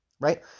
right